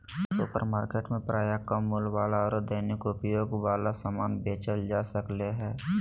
supermarket में प्रायः कम मूल्य वाला आरो दैनिक उपयोग वाला समान बेचल जा सक्ले हें